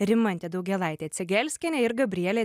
rimantė daugėlaitė cegelskienė ir gabrielė